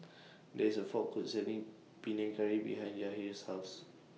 There IS A Food Court Selling Panang Curry behind Yahir's House